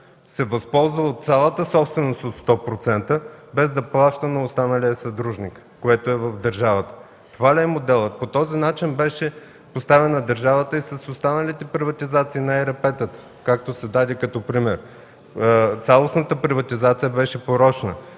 се възползва от цялата собственост от 100%, без да плаща на останалия съдружник, който е държавата. Това ли е моделът? По този начин беше поставена държавата и с останалите приватизации на ЕРП-тата, както се даде като пример. Цялостната приватизация беше порочна.